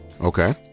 Okay